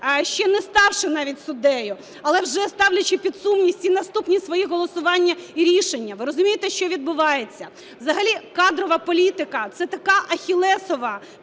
ще не ставши навіть суддею, але вже ставлячи під сумнів всі наступні свої голосування і рішення. Ви розумієте, що відбувається? Взагалі кадрова політика – це така ахіллесова